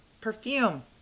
perfume